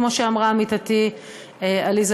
כמו שאמרה עמיתתי עליזה,